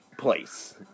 place